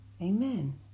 Amen